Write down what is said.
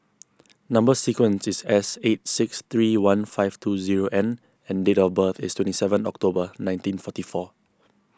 Number Sequence is S eight six three one five two zero N and date of birth is twenty seven October nineteen forty four